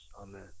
amen